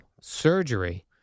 surgery